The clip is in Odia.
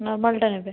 ନର୍ମାଲ୍ଟା ନେବେ